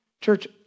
Church